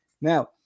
Now